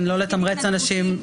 זה תפקיד התנדבותי.